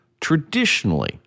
Traditionally